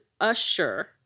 usher